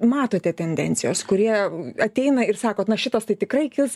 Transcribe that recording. matote tendencijos kurie ateina ir sakot na šitas tai tikrai kils